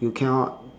you cannot